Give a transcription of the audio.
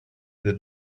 the